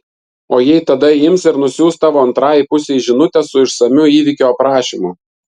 o jei tada ji ims ir nusiųs tavo antrajai pusei žinutę su išsamiu įvykio aprašymu